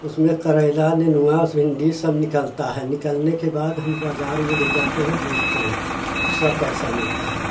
उसमें करेला नेनुआ भिंडी सब निकलता है निकलने के बाद हम बाजार में ले जाते हैं बेचते हैं उसका पैसा मिलता है